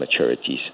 maturities